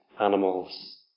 animals